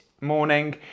morning